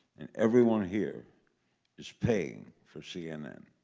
and everyone here is paying for cnn